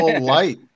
light